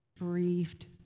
bereaved